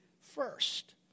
first